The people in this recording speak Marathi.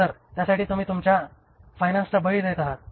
तर त्यासाठी तुम्ही तुमच्या फायनान्सचा बळी देत आहात